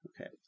okay